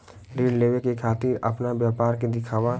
ऋण लेवे के खातिर अपना व्यापार के दिखावा?